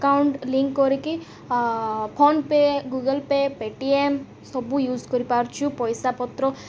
account link କରିକି PhonePe Google Pay' Paytm ସବୁ use କରିପାରୁଛୁ ପଇସା ପତ୍ର